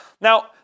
Now